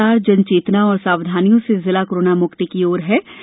लगातार जन चेतना और सावधानियो से जिला कोरोना मुक्ति की ओर हैं